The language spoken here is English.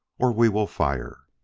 or we will fire!